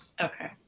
Okay